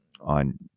on